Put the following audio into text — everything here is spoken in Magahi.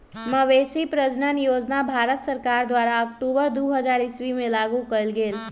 मवेशी प्रजजन योजना भारत सरकार द्वारा अक्टूबर दू हज़ार ईश्वी में लागू कएल गेल